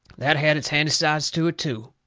that had its handy sides to it, too.